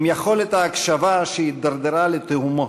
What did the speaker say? עם יכולת ההקשבה שהידרדרה לתהומות,